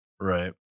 Right